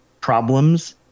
problems